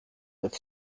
with